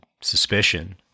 suspicion